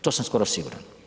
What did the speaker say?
To sam skoro siguran.